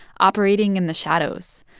operating in the shadows.